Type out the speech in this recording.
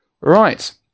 Right